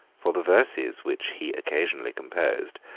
for the verses which he occasionally composed,